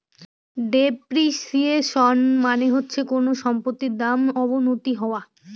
depreciation মানে হচ্ছে কোনো সম্পত্তির দাম অবনতি হওয়া